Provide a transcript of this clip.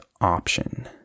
option